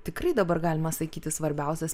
tikrai dabar galima sakyti svarbiausias